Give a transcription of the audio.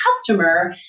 customer